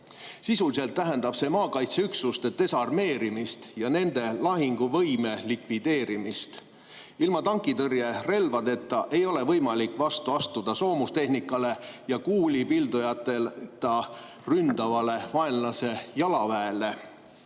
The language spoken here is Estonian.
Sisuliselt tähendab see maakaitseüksuste desarmeerimist ja nende lahinguvõime likvideerimist. Ilma tankitõrjerelvadeta ei ole võimalik vastu astuda soomustehnikale ja kuulipildujateta ründavale vaenlase jalaväele.